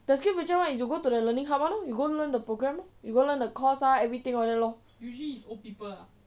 the skills future [one] is the you go to the learning hub [one] lor you go learn the program lor you go learn the course ah everything all that lor